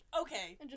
okay